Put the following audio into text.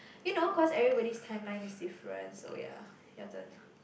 you know cause everybody's timeline is different so ya your turn